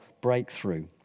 breakthrough